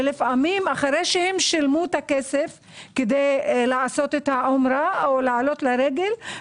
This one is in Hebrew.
ולפעמים אחרי ששילמו את הכסף כדי לעשות את העומרה או לעלות לרגל,